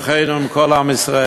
ובתוכנו, עם כל עם ישראל.